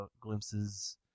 Glimpses